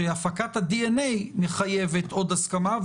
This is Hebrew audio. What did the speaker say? בוודאי שהפקת הדנ"א מחייבת עוד הסכמה,